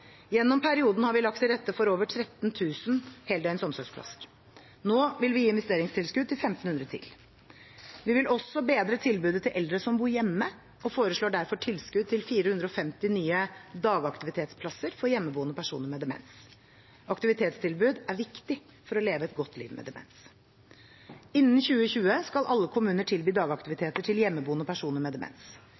Gjennom perioden har vi lagt til rette for over 13 000 heldøgns omsorgsplasser. Nå vil vi gi investeringstilskudd til 1 500 til. Vi vil også bedre tilbudet til eldre som bor hjemme, og foreslår derfor tilskudd til 450 nye dagaktivitetsplasser for hjemmeboende personer med demens. Aktivitetstilbud er viktig for å leve et godt liv med demens. Innen 2020 skal alle kommuner tilby dagaktiviteter til hjemmeboende personer med demens.